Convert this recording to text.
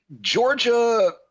Georgia